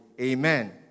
Amen